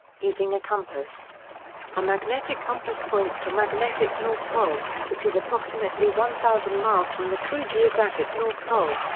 using a compass a magnetic compass points to magnetic north pole, which is approximately one thousand miles from the true geographic north pole.